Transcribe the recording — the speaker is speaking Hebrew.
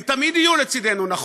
הם תמיד יהיו לצדנו, נכון?